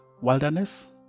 wilderness